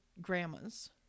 grandmas